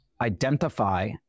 identify